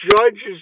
Judge's